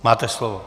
Máte slovo.